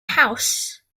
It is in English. house